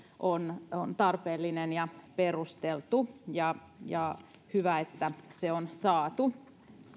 on tarpeellinen ja perusteltu ja ja on hyvä että se on saatu